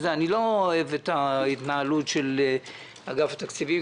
אני לא אוהב את ההתנהלות של אגף התקציבים,